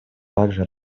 также